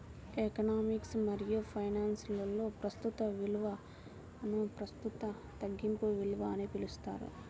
economics మరియుఫైనాన్స్లో, ప్రస్తుత విలువనుప్రస్తుత తగ్గింపు విలువ అని పిలుస్తారు